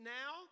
now